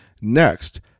Next